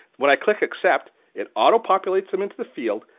when i click accept, it autopopulates them into the field.